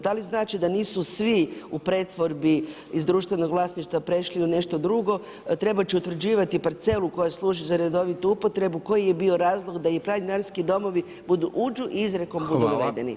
Da li znači da nisu svi u pretvorbi iz društvenog vlasništva prešli u nešto drugo, trebati će utvrđivati parcelu koja služi za redovitu upotrebu, koji je bio razlog da planinarski domovi budu uđu i izrekom budu navedeni.